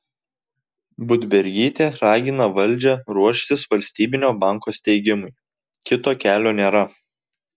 budbergytė ragina valdžią ruoštis valstybinio banko steigimui kito kelio nėra